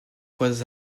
fois